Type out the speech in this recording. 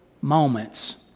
moments